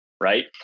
right